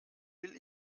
will